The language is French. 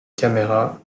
caméra